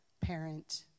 Parent